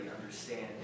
understand